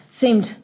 seemed